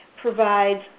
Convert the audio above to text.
provides